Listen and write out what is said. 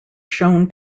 shown